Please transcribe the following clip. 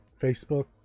Facebook